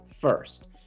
first